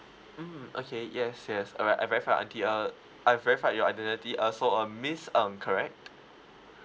okay yes yes alright I've verified your I_D uh I've verified your identity uh so uh miss ng correct